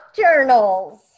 journals